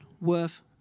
worth